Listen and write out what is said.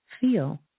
feel